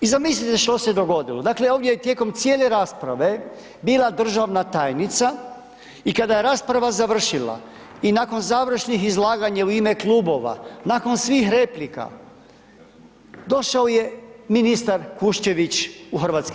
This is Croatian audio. I zamislite što se dogodilo, dakle, ovo je tijekom cijele rasprave bila državna tajnica i kada je rasprava završila i nakon završnih izlaganja u ime klubova, nakon svih replika, došao je ministar Kuščević u HS.